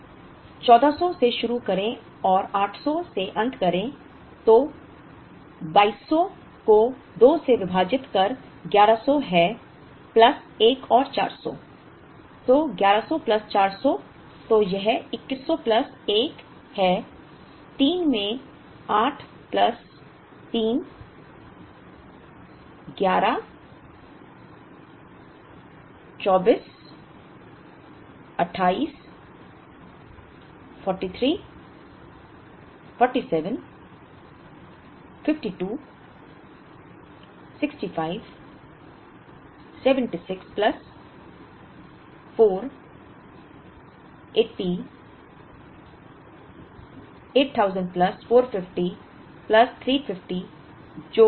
तो 1400 से शुरू करें और 800 से अंत करें तो 2200 को 2 से विभाजित कर 1100 है प्लस एक और 400 तो 1100 प्लस 400 तो यह 2100 प्लस 1 है 3 में 8 प्लस 3 11 24 28 43 47 52 65 76 प्लस 4 80 8000 प्लस 450 प्लस 350 जो एक और 800 है